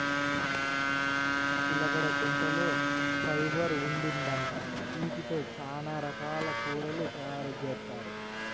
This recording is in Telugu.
చిలకడదుంపల్లో ఫైబర్ ఉండిద్దంట, యీటితో చానా రకాల కూరలు తయారుజేత్తారు